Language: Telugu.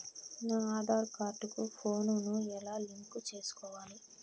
నా ఆధార్ కార్డు కు ఫోను ను ఎలా లింకు సేసుకోవాలి?